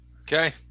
Okay